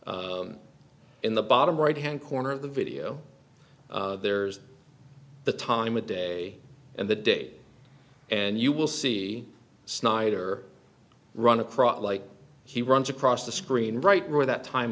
in the bottom right hand corner of the video there's the time of day and the day and you will see snyder run across it like he runs across the screen right where that time